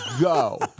go